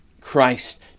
Christ